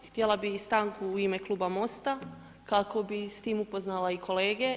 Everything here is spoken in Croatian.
Htjela bih i stanku u ime kluba Mosta kako bih s tim upoznala i kolege.